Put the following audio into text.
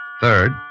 Third